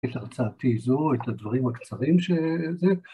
‫את הרצאתי זו, ‫את הדברים הקצרים ש... זה.